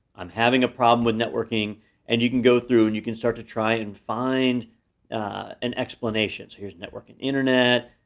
i'm having a problem with networking and you can go through, and you can start to try, and find an explanation. so here's network and internet.